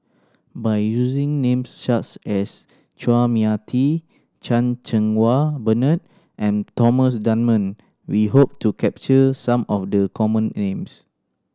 by using names such as Chua Mia Tee Chan Cheng Wah Bernard and Thomas Dunman we hope to capture some of the common names